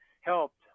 helped